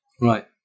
Right